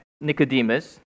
Nicodemus